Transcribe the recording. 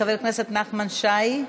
חבר הכנסת נחמן שי,